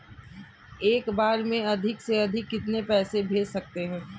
एक बार में अधिक से अधिक कितने पैसे भेज सकते हैं?